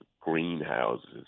greenhouses